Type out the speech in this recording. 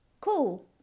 Cool